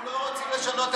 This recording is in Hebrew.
אנחנו לא רוצים לשנות את,